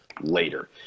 later